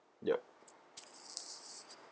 yup